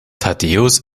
thaddäus